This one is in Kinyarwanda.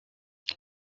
com